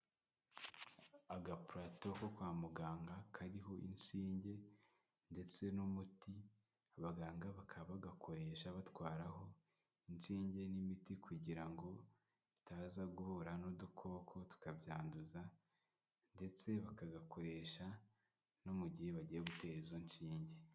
Agapurato ko kwa muganga kariho inshinge ndetse n'umuti, abaganga bakaba bagakoresha batwaraho inshinge n'imiti kugira ngo bitaza guhura n'udukoko tukabyanduza ndetse bakagakoresha no mu gihe bagiye gutera izo nshinge